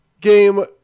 game